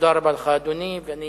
תודה רבה לך, אדוני, ואני